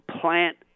plant